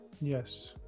Yes